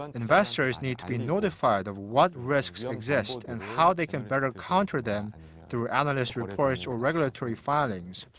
and investors need to be notified of what risks exist and how they can better counter them through analyst reports or regulatory filings,